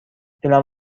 دلم